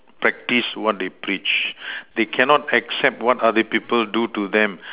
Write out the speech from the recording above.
practice what they teach they cannot accept what other people do to them